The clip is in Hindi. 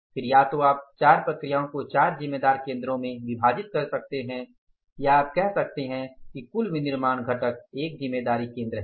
फिर या तो आप चार प्रक्रियाओं को चार जिम्मेदार केंद्रों में विभाजित कर सकते हैं या आप कह सकते हैं कि कुल विनिर्माण घटक एक जिम्मेदारी केंद्र है